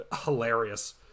hilarious